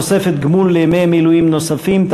תוספת גמול לימי מילואים נוספים),